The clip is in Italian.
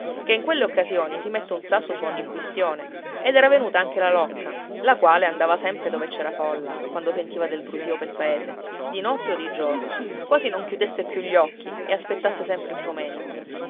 ché in quelle occasioni si mette un sasso su ogni quistione ed era venuta anche la locca la quale andava sempre dove c'era folla quando sentiva del brusio pel paese di notte o di giorno quasi non chiudesse più gli occhi e aspettasse sempre il suo menico